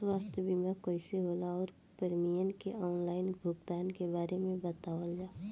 स्वास्थ्य बीमा कइसे होला और प्रीमियम के आनलाइन भुगतान के बारे में बतावल जाव?